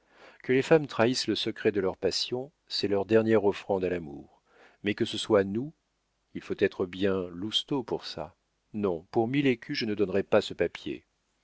que les femmes trahissent le secret de leur passion c'est leur dernière offrande à l'amour mais que ce soit nous il faut être bien lousteau pour ça non pour mille écus je ne donnerais pas ce papier